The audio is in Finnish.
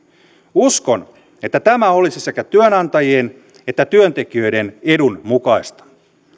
uskon että tämä olisi sekä työnantajien että työntekijöiden edun mukaista